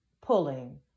pulling